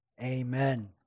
Amen